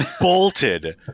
bolted